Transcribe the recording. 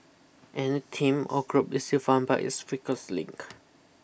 any team or group is defined by its weakest link